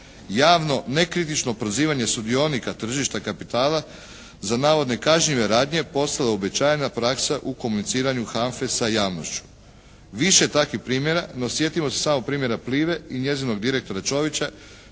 javno nekritično prozivanje sudionika tržišta kapitala za navodne kažnjive radnje postala je uobičajena praksa u komuniciranju HANFA-e sa javnošću. Više takvih primjera, no sjetimo se samo primjera Pliva-e i njezinog direktora Čovića